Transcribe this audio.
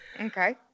Okay